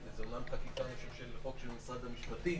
זה אומנם חוק של משרד המשפטים